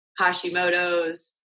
Hashimoto's